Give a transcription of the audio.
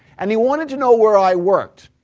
and he wanted to know where i worked.